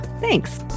Thanks